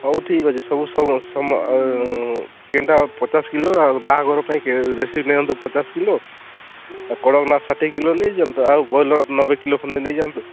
ହଉ ଠିକ୍ ଅଛି ସବୁ କେନଟା ପଚାଶ କିଲୋ ଆଉ ବାହାଘର ପାଇଁ କେ ଦେଶୀ ନେଇଯାଆନ୍ତୁ ପଚାଶ କିଲୋ ଆଉ କଡ଼କନାଥ ଷାଠିଏ କିଲୋ ନେଇଯାଆନ୍ତୁ ଆଉ ବଏଲର୍ ନବେ କିଲୋ ଖଣ୍ଡେ ନେଇଯାଆନ୍ତୁ